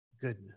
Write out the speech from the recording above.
goodness